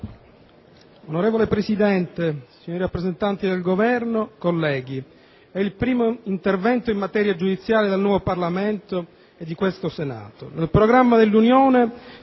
Onorevole Presidente, signori rappresentanti del Governo, colleghi, è il primo intervento in materia giudiziaria del nuovo Parlamento e di questo Senato.